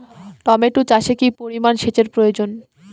Tomato চাষে কি পরিমান সেচের প্রয়োজন?